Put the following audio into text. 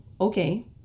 Okay